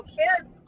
kids